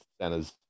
centers